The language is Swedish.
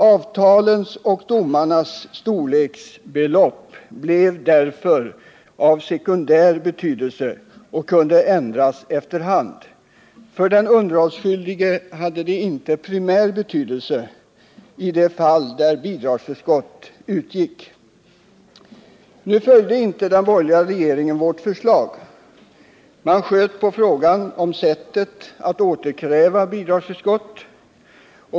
Avtalens och domarnas storleksbelopp blev därför av sekundär betydelse och kunde ändras efter hand. För den underhållsskyldige hade de inte primär betydelse i de fall där bidragsförskott utgick. Nu följde inte den borgerliga regeringen vårt förslag. Man sköt på frågan om sättet att återkräva bidragsförskott.